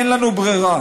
אין לנו ברירה,